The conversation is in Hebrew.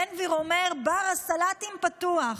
בן גביר אומר: בר הסלטים פתוח.